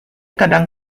kadang